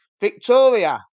Victoria